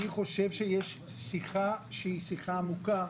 אני חושב שיש שיחה, שהיא שיחה עמוקה.